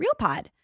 realpod